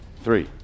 three